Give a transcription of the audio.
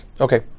Okay